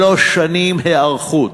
שלוש שנים היערכות.